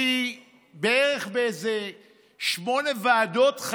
שחברה באיזה שמונה ועדות,